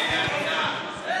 יוליה מלינובסקי קונין (ישראל ביתנו): תקשיב למשהו,